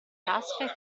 tasca